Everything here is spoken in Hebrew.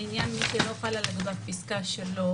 לעניין מי שלא חל עליו בספקה 3,